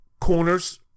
corners